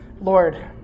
lord